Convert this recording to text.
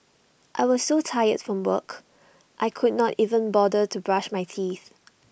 I was so tired from work I could not even bother to brush my teeth